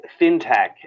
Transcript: fintech